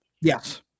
yes